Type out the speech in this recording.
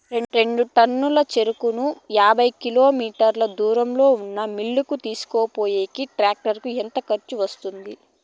రెండు టన్నుల చెరుకును యాభై కిలోమీటర్ల దూరంలో ఉన్న మిల్లు కు తీసుకొనిపోయేకి టాక్టర్ కు ఎంత ఖర్చు వస్తుంది?